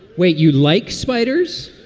wait, you like spiders?